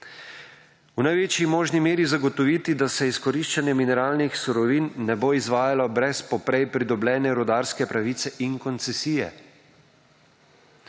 V največji možni meri zagotoviti, da se izkoriščanje mineralnih surovin ne bo izvajalo brez po prej pridobljene rudarske pravice in koncesije.